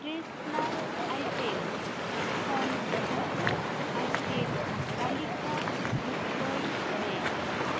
freshener items ᱠᱷᱚᱱ ᱡᱷᱚᱛᱚ item ᱛᱟᱞᱤᱠᱟ ᱵᱷᱩᱠᱛᱚᱭ ᱢᱮ